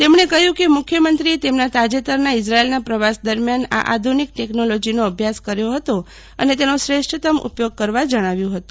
તેમણે કહ્યું કે મુખ્યમંત્રીએ તેમના તાજેતરના ઇઝરાયેલના પ્રવાસ દરમિયાન આ આધુનિક ટેકનોલોજીનો અભ્યાસ કર્યો હતો અને તેનો શ્રેષ્ઠતમ ઉપયોગ કરવા જણાવ્યું હતું